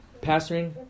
Pastoring